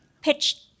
Pitch